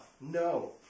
No